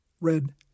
Red